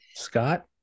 Scott